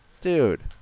Dude